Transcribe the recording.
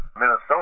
Minnesota